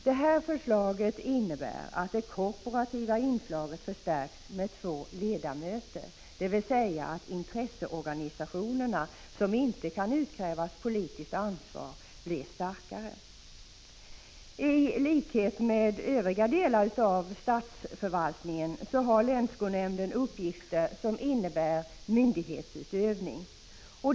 Detta förslag innebär att det korporativa inslaget förstärks med två ledamöter, dvs. att intresseorganisationer som det inte kan utkrävas politiskt ansvar av blir starkare. I likhet med övriga delar av statsförvaltningen har länsskolnämnden uppgifter som innebär myndighetsutövning.